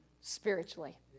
spiritually